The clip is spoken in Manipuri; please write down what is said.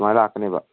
ꯁꯨꯃꯥꯏꯅ ꯂꯥꯛꯀꯅꯦꯕ